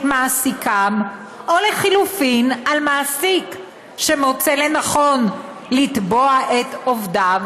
מעסיקם ולחלופין על מעסיק שמוצא לנכון לתבוע את עובדיו.